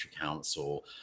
council